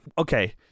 Okay